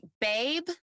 babe